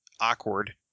awkward